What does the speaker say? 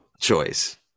choice